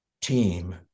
team